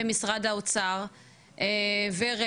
-- ומשרד האוצר ורמ"י,